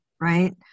right